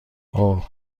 اوه